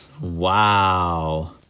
Wow